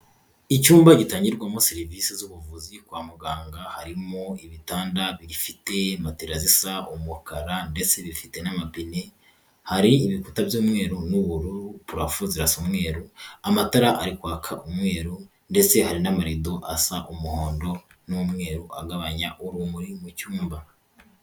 Icyumba gitangirwamo serivisi z'ubuvuzi kwa muganga. Harimo ibitanda bifite matera zisa umukara, ndetse bifite n'amapine. Hari ibikuta by'umweru n'ubururu, purafo zirasa umweru, amatara ari kwaka umweru ndetse hari n'amarido asa umuhondo, n'umweru agabanya urumuri mu cyumba.